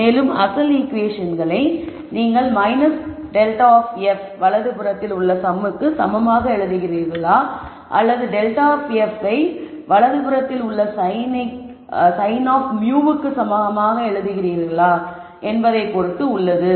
மேலும் அசல் ஈகுவேஷனை நீங்கள் ∇ f வலது புறத்தில் உள்ள sum க்கு சமமாக எழுதுகிறீர்களா அல்லது ∇f வலது புறத்தில் உள்ள சைன் of μ க்கு சமமாக எழுதுகிறீர்களா என்பதையும் பொறுத்து உள்ளது